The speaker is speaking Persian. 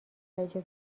اجازه